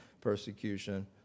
persecution